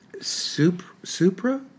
Supra